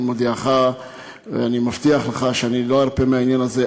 אני מודיעך ומבטיח לך שאני לא ארפה מהעניין הזה.